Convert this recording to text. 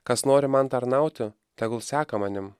kas nori man tarnauti tegul seka manim